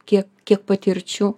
kiek kiek patirčių